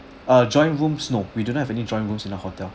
ah joint rooms no we do not have any joint rooms in the hotel